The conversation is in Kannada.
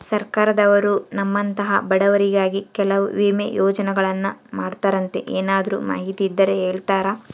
ಸರ್ಕಾರದವರು ನಮ್ಮಂಥ ಬಡವರಿಗಾಗಿ ಕೆಲವು ವಿಮಾ ಯೋಜನೆಗಳನ್ನ ಮಾಡ್ತಾರಂತೆ ಏನಾದರೂ ಮಾಹಿತಿ ಇದ್ದರೆ ಹೇಳ್ತೇರಾ?